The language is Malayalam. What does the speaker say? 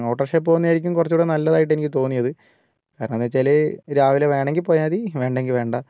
ഓട്ടോറിക്ഷയിൽ പോകുന്നതായിരിക്കും കുറച്ചൂകൂടി നല്ലതായിട്ട് എനിക്ക് തോന്നിയത് കാരണം എന്നുവച്ചാൽ രാവിലെ വേണമെങ്കിൽ പോയാൽ മതി വേണ്ടെങ്കിൽ വേണ്ട